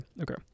Okay